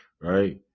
right